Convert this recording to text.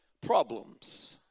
problems